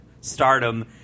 stardom